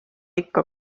ikka